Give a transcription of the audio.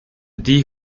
die